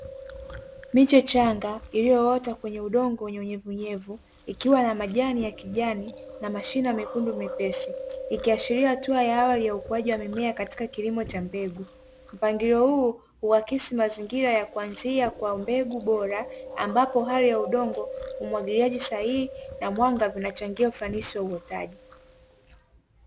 Miche changa iliyoota kwenye udongo wenye unyevunyevu, ikiwa na majani ya kijani na mashina mekundu mepesi. Ikiashiria hatua ya awali ya ukuaji wa mimea katika kilimo cha mbegu. Mpangilio huu huakisi mazingira ya kwanzia kwa mbegu bora, ambapo hali ya udongo, umwagiliaji sahihi na mwanga vinachangia ufanisi wa uotaji.